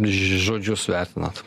žodžius vertinat